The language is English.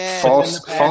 false